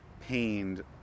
pained